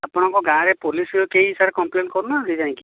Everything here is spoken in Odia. ଆପଣଙ୍କ ଗାଁରେ ପୋଲିସ୍ଙ୍କୁ କେହି ସାର୍ କମ୍ପ୍ଲେନ୍ କରୁନାହାନ୍ତି ଯାଇକି